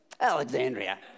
Alexandria